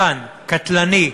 קטנטן, קטלני,